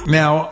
now